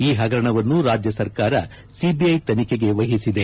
ಈ ಹಗರಣವನ್ನು ರಾಜ್ಯ ಸರ್ಕಾರ ಸಿಬಿಐ ತನಿಖೆಗೆ ವಹಿಸಿದೆ